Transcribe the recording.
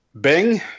Bing